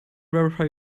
verify